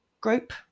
group